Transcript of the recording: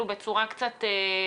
לעשות והמדינה צריכה לקחת את זה על עצמה